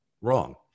wrong